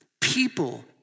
People